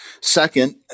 Second